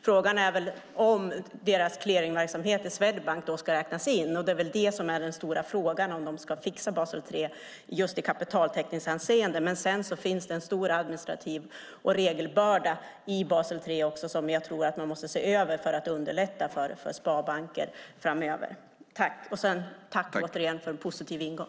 Frågan är väl om Swedbanks clearingverksamhet ska räknas in, och den stora frågan är om de ska fixa Basel 3 i kapitaltäckningshänseende. Men sedan finns det också en stor administrativ regelbörda i Basel 3 som jag tror att man måste se över för att underlätta för sparbanker framöver. Tack, återigen, för en positiv ingång!